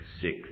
six